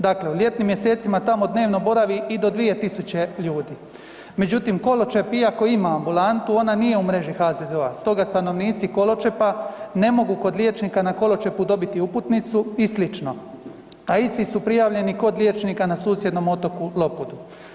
Dakle u ljetnim mjesecima tamo dnevno boravi i do 2 tisuće ljudi, međutim, Koločep iako ima ambulantu ona nije u mreži HZZO-a, stoga stanovnici Koločepa ne mogu kod liječnika na Koločepu dobiti uputnicu i slično, a isti su prijavljeni kod liječnika na susjednom otoku Lopudu.